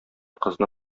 кызны